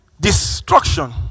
destruction